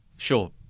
Sure